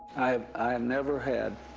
i, i have never had